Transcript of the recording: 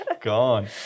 Gone